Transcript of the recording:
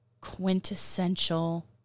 quintessential